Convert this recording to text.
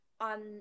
on